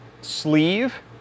sleeve